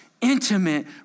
intimate